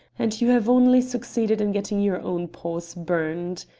and you have only succeeded in getting your own paws burnt.